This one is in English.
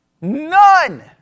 None